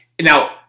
Now